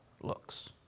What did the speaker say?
looks